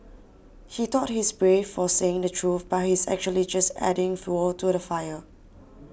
he thought he's brave for saying the truth but he's actually just adding fuel to the fire